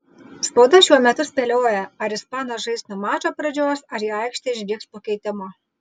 spauda šiuo metu spėlioja ar ispanas žais nuo mačo pradžios ar į aikštę išbėgs po keitimo